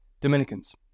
Dominicans